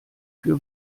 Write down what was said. für